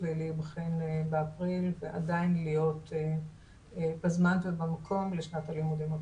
ולהבחן באפריל ועדיין להיות בזמן ובמקום לשנת הלימודים הקרובה.